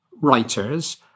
writers